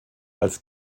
als